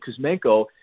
Kuzmenko